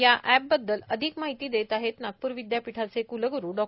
या एपबद्दल अधिक माहिती देत आहेत नागपूर विद्यापीठाचे क्लग्रु डॉ